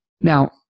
Now